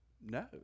No